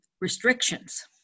restrictions